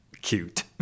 cute